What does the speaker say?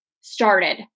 started